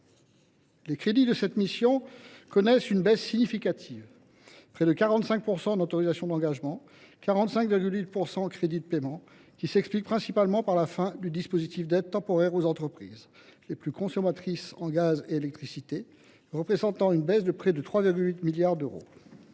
Les crédits de cette mission connaissent une baisse significative de près de 45 % en autorisations d’engagement et de 45,8 % en crédits de paiement. Cette diminution s’explique principalement par la fin du dispositif d’aide temporaire aux entreprises les plus consommatrices en gaz et électricité, ce qui représente une baisse de près de 3,8 milliards d’euros.